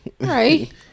right